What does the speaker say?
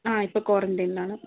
ആ ഇപ്പോൾ ക്വാറൻറ്റയിനിലാണ്